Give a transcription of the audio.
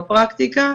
בפרקטיקה,